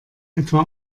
etwa